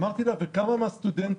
אמרתי לה, וכמה מהסטודנטים,